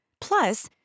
Plus